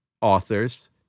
authors